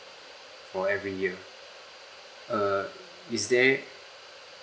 for every year err is there